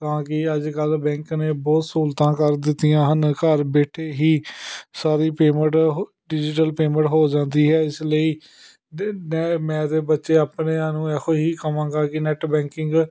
ਤਾਂ ਕਿ ਅੱਜ ਕੱਲ ਬੈਂਕ ਨੇ ਬਹੁਤ ਸਹੂਲਤਾਂ ਕਰ ਦਿੱਤੀਆਂ ਹਨ ਘਰ ਬੈਠੇ ਹੀ ਸਾਰੀ ਪੇਮੈਂਟ ਡਿਜੀਟਲ ਪੇਮੈਂਟ ਹੋ ਜਾਂਦੀ ਹੈ ਇਸ ਲਈ ਨੈ ਮੈਂ ਅਤੇ ਬੱਚੇ ਆਪਣਿਆਂ ਨੂੰ ਇਹੋ ਹੀ ਕਵਾਂਗਾ ਕਿ ਨੈਟ ਬੈਂਕਿੰਗ